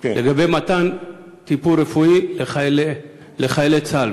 לגבי מתן טיפול רפואי לחיילי צה"ל,